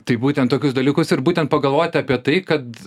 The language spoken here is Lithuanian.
tai būtent tokius dalykus ir būtent pagalvoti apie tai kad